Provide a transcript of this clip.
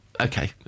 okay